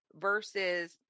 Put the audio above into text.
versus